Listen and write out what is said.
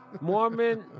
Mormon